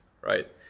right